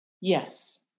Yes